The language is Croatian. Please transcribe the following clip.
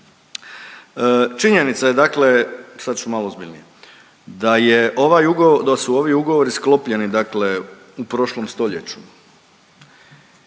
Činjenica je dakle, sad ću malo ozbiljnije, da je ovaj ugo…, da su ovi ugovori sklopljeni dakle u prošlom stoljeću